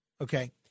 okay